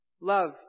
Love